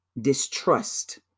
distrust